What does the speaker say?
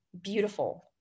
Beautiful